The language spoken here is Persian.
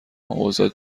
اوضاع